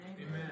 Amen